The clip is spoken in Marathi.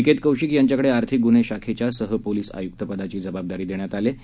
निकेत कौशिक यांच्याकडे आर्थिक गुन्हे शाखेच्या सह पोलीसआयुक्तपदाची जबाबदारी देण्यात आली आहे